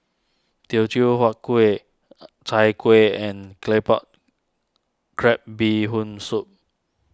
Teochew Huat Kuih Chai Kueh and Claypot Crab Bee Hoon Soup